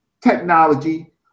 technology